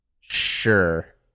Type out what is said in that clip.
sure